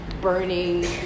burning